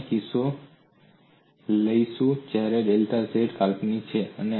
હવે આપણે કિસ્સો લઈશું જ્યારે ડેલ્ટા z કાલ્પનિક છે